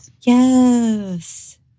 Yes